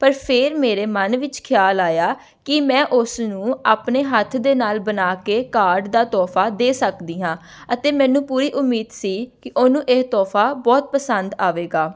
ਪਰ ਫਿਰ ਮੇਰੇ ਮਨ ਵਿੱਚ ਖਿਆਲ ਆਇਆ ਕਿ ਮੈਂ ਉਸ ਨੂੰ ਆਪਣੇ ਹੱਥ ਦੇ ਨਾਲ ਬਣਾ ਕੇ ਕਾਰਡ ਦਾ ਤੋਹਫ਼ਾ ਦੇ ਸਕਦੀ ਹਾਂ ਅਤੇ ਮੈਨੂੰ ਪੂਰੀ ਉਮੀਦ ਸੀ ਕਿ ਉਹਨੂੰ ਇਹ ਤੋਹਫ਼ਾ ਬਹੁਤ ਪਸੰਦ ਆਵੇਗਾ